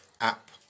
app